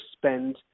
spend